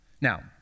Now